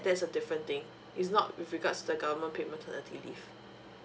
that's a different thing it's not with regards to the government paid maternity leave